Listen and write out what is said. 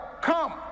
come